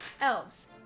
Elves